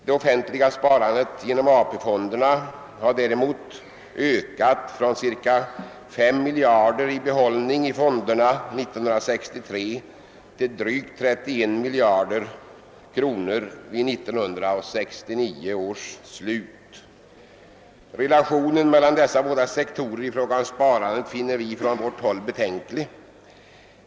Det offentliga sparandet genom AP-fonderna har däremot ökat från ca 5 miljarder i behållning i fonderna år 1963 till drygt 31 miljarder vid 1969 års slut. Relationen mellan dessa båda sektorer av sparandet finner vi på vårt håll betänklig.